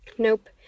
Nope